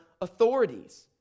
authorities